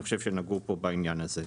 אני חושב שנגעו פה בעניין הזה.